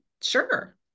sure